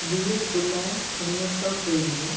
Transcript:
वीह जुलाई उणिवीह सौ टेवीह